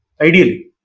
ideally